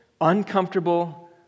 uncomfortable